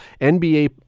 NBA